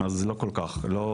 אבל זה לא כל כך קורה.